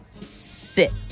sit